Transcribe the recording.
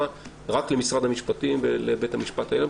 רק למשרד המשפטים ולבית המשפט העליון.